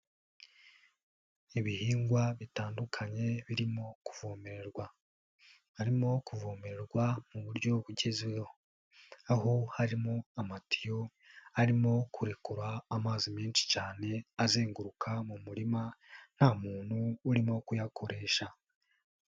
Ibihingwa bitandukanye birimo kuvomererwa, harimo kuvomererwa mu buryo bugezweho, aho harimo amatiyo arimo kurekura amazi menshi cyane azenguruka mu murima nta muntu urimo kuyakoresha.